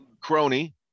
crony